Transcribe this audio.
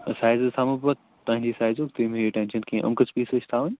size حظ تھامو بہٕ پتہٕ تٕہنٛدِ سایزُک تُہۍ مہٕ ہیٚیِو ٹٮ۪نشن کیٚنٛہہ یِم کٔژ پیٖس حظ چھِ تھاوٕںۍ